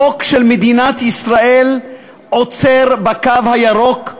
החוק של מדינת ישראל עוצר בקו הירוק,